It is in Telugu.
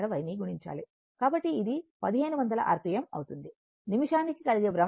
ని గుణించాలి కాబట్టి ఇది 1500 r p m అవుతుంది నిమిషానికి కలిగే భ్రమణం